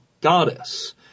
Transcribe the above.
goddess